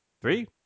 Three